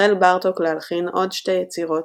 החל בארטוק להלחין עוד שתי יצירות,